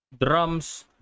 drums